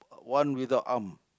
one without arm